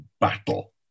battle